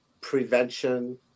prevention